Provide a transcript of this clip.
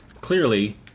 Clearly